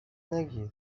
نگیر